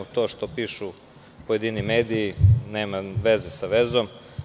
To što pišu pojedini mediji nema veze sa vezom.